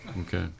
Okay